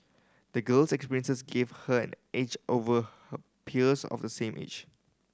the girl's experiences gave her an edge over her peers of the same age